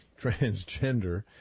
transgender